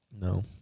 No